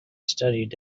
studied